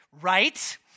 right